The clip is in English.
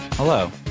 Hello